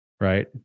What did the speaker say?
Right